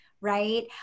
right